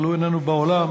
אבל הוא איננו באולם,